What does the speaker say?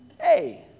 Hey